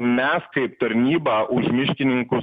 mes kaip tarnyba už miškininkus